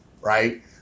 right